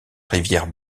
rivière